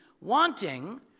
wanting